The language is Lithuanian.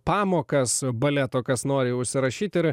pamokas baleto kas nori užsirašyti ir